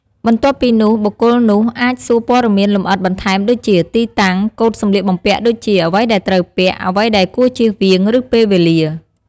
បន្ទាប់ពីនោះ បុគ្គលនោះអាចសួរព័ត៌មានលម្អិតបន្ថែមដូចជា ទីតាំង កូដសំលៀកបំពាក់ដូចជា អ្វីដែលត្រូវពាក់ អ្វីដែលគួរជៀសវាង ឬពេលវេលា។